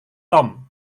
tom